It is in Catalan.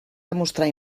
demostrar